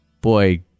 boy